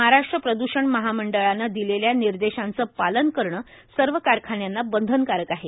महाराष्ट्र प्रदूषण महामंडळाने दिलेल्या निर्देशांचे पालन करणे सर्व कारखान्यांना बंधनकारक आहे